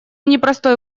непростой